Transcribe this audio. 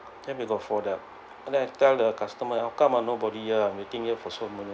then we got four them and then I tell the customer how come nobody here I'm waiting here for so many